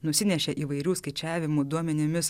nusinešė įvairių skaičiavimų duomenimis